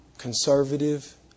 Conservative